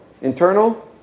internal